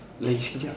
lagi sekejap